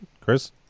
Chris